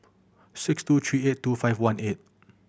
six two three eight two five one eight